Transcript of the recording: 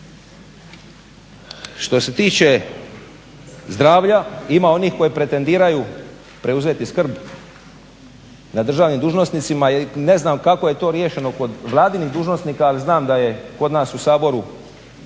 Što se tiče zdravlja ima onih koji pretendiraju preuzeti skrb nad državnim dužnosnicima i ne znam kako je to riješeno kod vladinih dužnosnika ali znam da je kod nas u Saboru